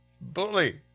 Bully